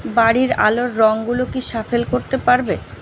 বাড়ির আলোর রঙগুলো কি শাফেল করতে পারবে